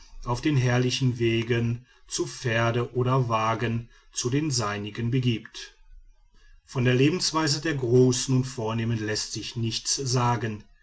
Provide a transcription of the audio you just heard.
auf den herrlichen wegen zu pferde oder wagen zu den seinigen begibt von der lebensweise der großen und vornehmen läßt sich nichts sagen